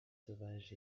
sauvages